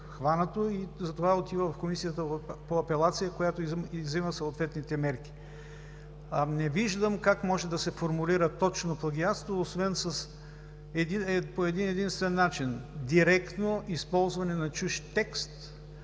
и затова отива в Комисията по апелация, която взема съответните мерки. Не виждам как може да се формулира точно „плагиатство“, освен по един-единствен начин – директно използване на чужд текст,